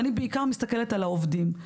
אני בעיקר מסתכלת על העובדים.